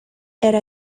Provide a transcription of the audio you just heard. elle